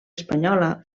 espanyola